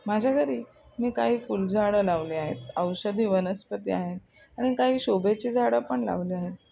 माझ्या घरी मी काही फुलझाडं लावले आहेत औषधी वनस्पती आहेत आणि काही शोभेची झाडं पण लावले आहेत